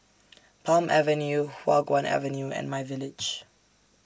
Palm Avenue Hua Guan Avenue and MyVillage